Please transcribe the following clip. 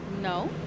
no